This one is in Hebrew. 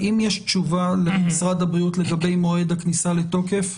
האם יש תשובה למשרד הבריאות לגבי מועד הכניסה לתוקף?